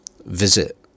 visit